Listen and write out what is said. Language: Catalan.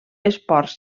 esports